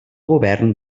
govern